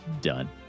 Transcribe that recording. Done